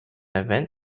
event